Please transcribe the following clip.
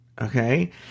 Okay